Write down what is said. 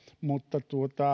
mutta